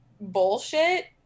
bullshit